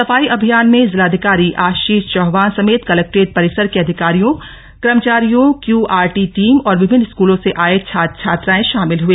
सफाई अभियान में जिलाधिकारी आशीष चौहान समेत कलेक्ट्रेट परिसर के अधिकारियों कर्मचारियों क्युआरटी टीम और विभिन्न स्कूलों से आये छात्र छात्राएं शामिल हुए